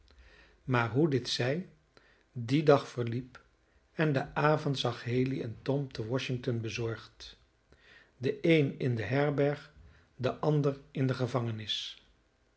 maar hoe dit zij die dag verliep en de avond zag haley en tom te washington bezorgd den een in de herberg den ander in de gevangenis